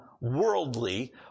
worldly